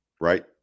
right